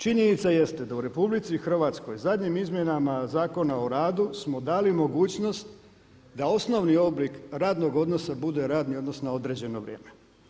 Činjenica jeste da u RH zadnjim izmjenama Zakona o radu smo dali mogućnost da osnovni oblik radnog odnosa bude radni odnos na određeno vrijeme.